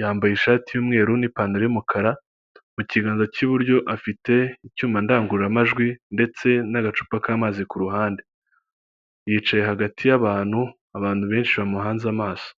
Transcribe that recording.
yambaye ishati y'umweru n'ipantaro y'umukara, mu kiganza k'iburyo afite icyuma ndangururamajwi ndetse n'agacupa k'amazi ku ruhande, yicaye hagati y'abantu, abantu benshi bamuhanze amaso.